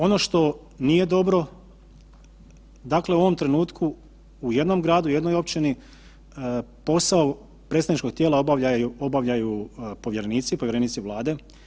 Ono što nije dobro, dakle u ovom trenutku u jednom gradu, u jednoj općini posao predstavničkog tijela obavljaju povjerenici, povjerenici Vlade.